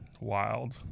Wild